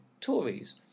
Tories